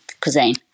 cuisine